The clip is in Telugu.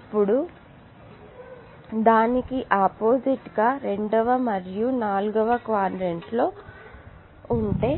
ఇప్పుడు దానికి ఆపోజిట్ గా రెండవ మరియు నాల్గవ క్వాడ్రంట్ లో ఉంటే